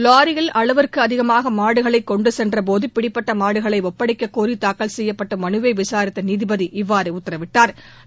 லாரியில் அளவுக்கு அதிகமாக மாடுகளை கொண்டுச் சென்றபோது பிடிப்பட்ட மாடுகளை ஒப்படைக்க கோரி தாக்கல் செய்யப்பட்ட மனுவை விசாரித்த நீதிபதி இவ்வாறு உத்தரவிட்டாா்